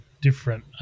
different